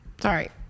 Sorry